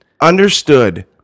Understood